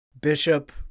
bishop